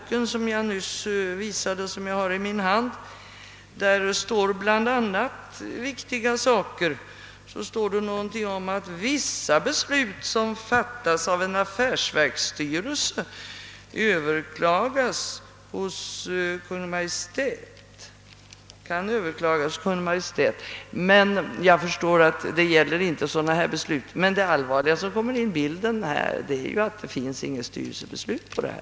I den bok som jag nyss visade står det bland en del andra viktiga påpekanden, att vissa beslut som fattas av en affärsverksstyrelse kan överklagas hos Kungl. Maj:t. Jag förstår dock att detta inte gäller beslut av detta slag. Det allvarliga i detta sammanhang är emellertid att det inte finns något styrelsebeslut på detta.